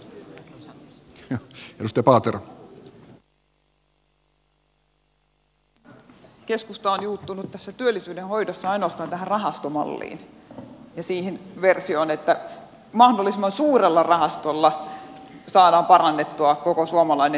tuntuu että keskusta on juuttunut työllisyydenhoidossa ainoastaan tähän rahastomalliin ja siihen versioon että mahdollisimman suurella rahastolla saadaan parannettua koko suomalainen työllisyys